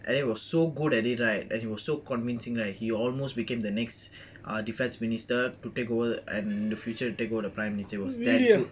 and it was so good at it right and he was so convincing right he almost became the next ah defence minister to take over and in the future takeover the prime minister he was that good